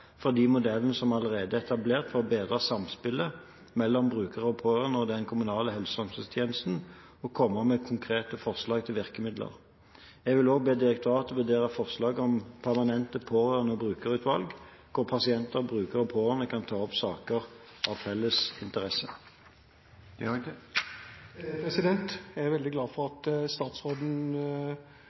de modeller som allerede er etablert for å bedre samspillet mellom brukere og pårørende og den kommunale helse- og omsorgstjenesten, og komme med konkrete forslag til virkemidler. Jeg vil også be direktoratet vurdere forslaget om permanente pårørende- og brukerutvalg, hvor pasienter, brukere og pårørende kan ta opp saker av felles interesse. Jeg er veldig glad for at statsråden